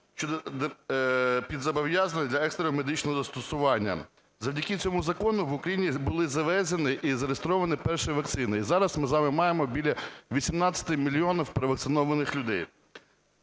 під зобов'язання для екстреного медичного застосування. Завдяки цьому закону в Україну були завезені і зареєстровані перші вакцини і зараз ми з вами маємо біля 18 мільйонів провакцинованих людей.